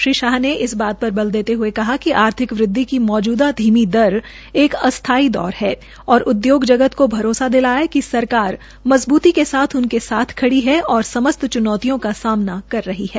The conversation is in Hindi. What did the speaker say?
श्री शाह ने इस बात पर बल देते हुये कहा कि आर्थिक वृद्वि की मौजूदा धीमी दर एक अस्थायी दौर है और उद्योग जगत को भरोसा दिलाया कि सरकार मजबूती से उनके साथ खड़ी है और समस्त च्नौतियों का सामना कर रही है